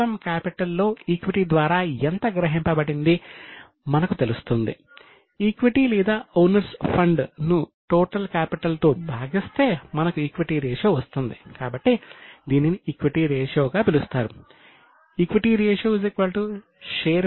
మొదటిది ఈక్విటీ రేషియోగా పిలుస్తారు